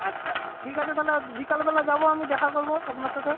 আচ্ছা ঠিগ আচে তাহলে বিকালবেলা যাবো আমি দেখা করবো আপনার সাথে